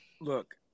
Look